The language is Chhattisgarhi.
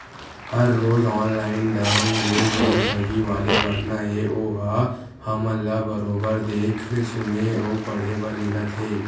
हर रोज ऑनलाइन ढंग ले जउन ठगी वाले घटना हे ओहा हमन ल बरोबर देख सुने अउ पड़हे बर मिलत हे